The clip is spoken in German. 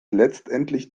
letztendlich